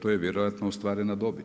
To je vjerojatno ostvarena dobiti?